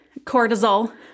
cortisol